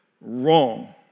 wrong